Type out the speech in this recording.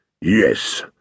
yes